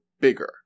bigger